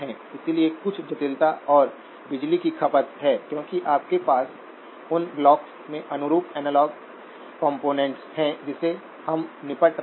इसलिए कुछ जटिलता और बिजली की खपत है क्योंकि आपके पास उन ब्लॉक में अनुरूप एनालॉग कॉम्पोनेन्ट हैं जिनसे हम निपट रहे हैं